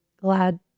Glad